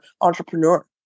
entrepreneur